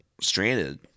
stranded